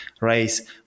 race